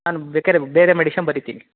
ನಾನು ಬೇಕಾರೆ ಬೇರೆ ಮೆಡಿಶನ್ ಬರೀತೀನಿ